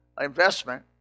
investment